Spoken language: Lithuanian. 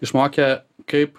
išmokė kaip